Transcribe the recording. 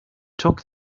took